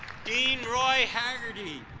dean roy haggerty,